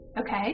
Okay